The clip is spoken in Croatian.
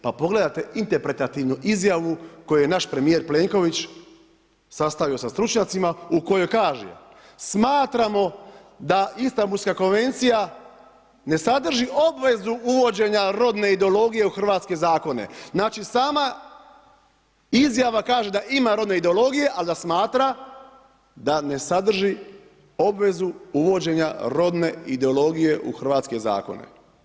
Pa pogledajte interpretativnu izjavu koju je naš premijer Plenković sastavio sa stručnjacima u kojoj kaže: „Smatramo da Istambulska konvencija ne sadrži obvezu uvođenja rodne ideologije u hrvatske zakone.“ Znači, sama izjava kaže da ima rodne ideologije, ali da smatra da ne sadrži obvezu uvođenja rodne ideologije u hrvatske zakone.